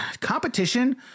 competition